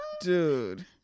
dude